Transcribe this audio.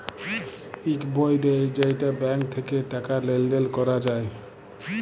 ইক বই দেয় যেইটা ব্যাঙ্ক থাক্যে টাকা লেলদেল ক্যরা যায়